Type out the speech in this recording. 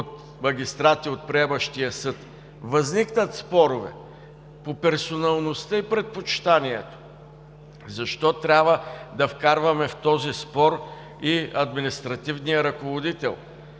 от магистрати от приемащия съд възникнат спорове по персоналността и предпочитанието, защо трябва да вкарваме в този спор и административния ръководител?